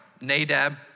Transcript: Nadab